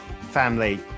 family